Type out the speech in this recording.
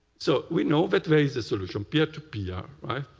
so we know that there is a solution. peer-to-peer. right?